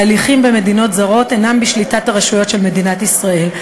ההליכים במדינות זרות אינם בשליטת הרשויות של מדינת ישראל,